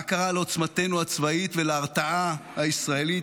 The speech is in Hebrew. מה קרה לעוצמתנו הצבאית ולהרתעה הישראלית,